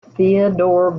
theodore